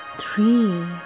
Three